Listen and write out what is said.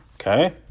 okay